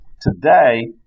Today